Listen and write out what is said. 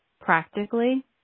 practically